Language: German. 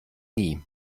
nie